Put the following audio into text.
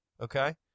Okay